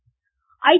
cricket I